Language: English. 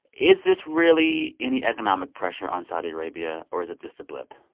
is this really any economic pressure on saudi arabia, or is it just a blip?